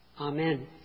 Amen